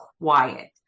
quiet